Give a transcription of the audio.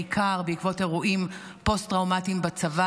בעיקר בעקבות אירועים פוסט-טראומטיים בצבא.